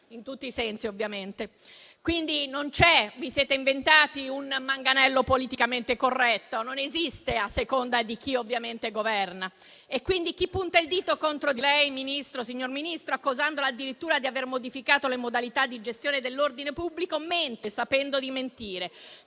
in tutti i sensi ovviamente. Vi siete inventati un manganello politicamente corretto, ma non esiste a seconda di chi ovviamente governa e quindi chi punta il dito contro di lei, signor Ministro, accusandola addirittura di aver modificato le modalità di gestione dell'ordine pubblico, mente sapendo di mentire.